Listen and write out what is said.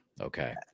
Okay